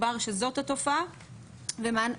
תדבר פה אחריי, או בהמשך,